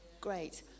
Great